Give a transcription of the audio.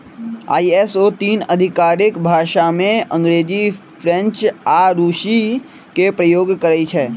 ISO तीन आधिकारिक भाषामें अंग्रेजी, फ्रेंच आऽ रूसी के प्रयोग करइ छै